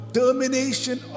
termination